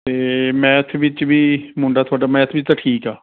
ਅਤੇ ਮੈਥ ਵਿੱਚ ਵੀ ਮੁੰਡਾ ਤੁਹਾਡਾ ਮੈਥ ਵਿੱਚ ਤਾਂ ਠੀਕ ਹੈ